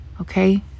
okay